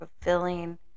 fulfilling